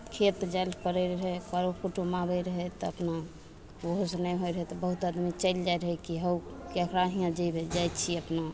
खेत जाइ लए पड़य रहय करो कुटुम आबय रहय तऽ अपना ओहोसँ नहि होइ रहय तऽ बहुत आदमी चलि जाइ रहय कि हउ केकरा हियाँ जेबय जाइ छियै अपना